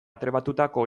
trebatutako